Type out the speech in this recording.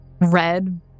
red